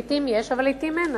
לעתים יש ולעתים אין,